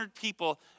people